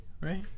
right